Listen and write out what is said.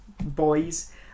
boys